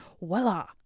voila